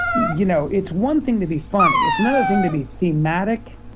you know it's one thing to be funny. it's another thing to be thematic,